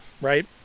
right